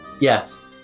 yes